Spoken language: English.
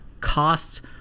costs